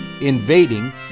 invading